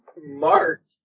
Mark